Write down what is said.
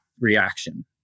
reaction